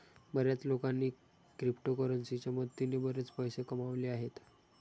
बर्याच लोकांनी क्रिप्टोकरन्सीच्या मदतीने बरेच पैसे कमावले आहेत